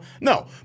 No